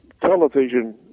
television